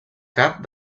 cap